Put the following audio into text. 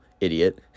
Idiot